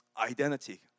Identity